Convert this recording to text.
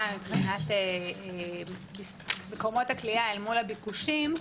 מבחינת מקומות הכליאה אל מול הביקושים,